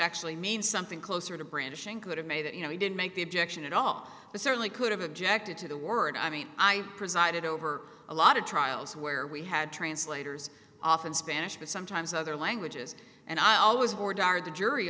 actually means something closer to brandishing could have made that you know he didn't make the objection at all but certainly could have objected to the word i mean i presided over a lot of trials where we had translators often spanish but sometimes other languages and i always adored our the jury